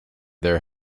there